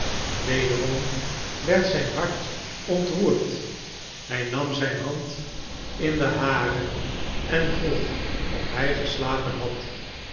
wederom werd zijn hart ontroerd zij nam zijn hand in de hare en vroeg of hij geslapen had